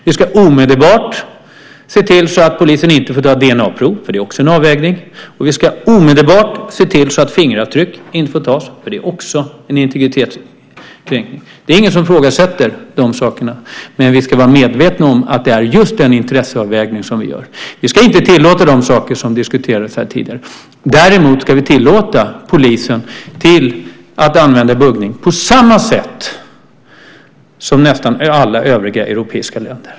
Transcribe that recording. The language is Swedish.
Då ska vi omedelbart se till att polisen inte får ta DNA-prov, för det är också en avvägning. Då ska vi omedelbart se till att fingeravtryck inte får tas, för det är också en integritetskränkning. Det är ingen som ifrågasätter de sakerna. Vi ska dock vara medvetna om att det är just den intresseavvägningen vi gör. Vi ska inte tillåta de saker som diskuterades här tidigare. Däremot ska vi tillåta polisen att använda buggning på samma sätt som i nästan alla övriga europeiska länder.